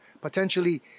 potentially